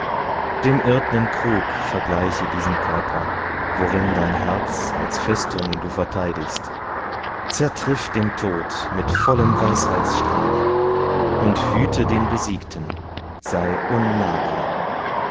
dem irdnen krug vergleiche diesen körper worin dein herz als festung du verteidigst zertriff den tod mit vollem weisheitstrahle und hüte den besiegten sei unnahbar